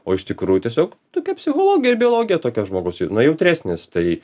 o iš tikrųjų tiesiog tokia psichologija biologija tokia žmogus na jautresnis tai